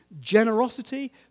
Generosity